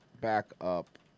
backup